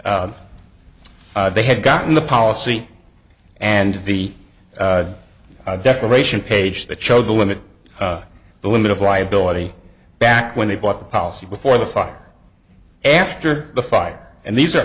say they had gotten the policy and the declaration page that showed the limit the limit of liability back when they bought the policy before the fire after the fire and these are